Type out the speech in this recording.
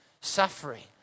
suffering